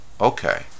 Okay